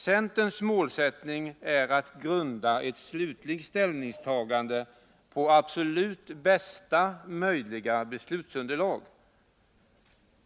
Centerns målsättning är att grunda ett slutligt ställningstagande på absolut bästa möjliga beslutsunderlag.